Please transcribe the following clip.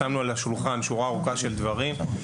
שמנו על השולחן שורה ארוכה של דברים.